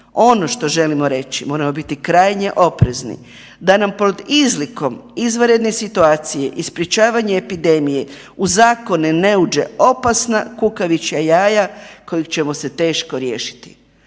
Ono što želimo reći, moramo biti krajnje oprezni da nam pod izlikom izvanredne situacije i sprječavanja epidemije u zakone ne uđe opasna kukavičja jaja kojih ćemo se teško riješiti.